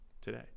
today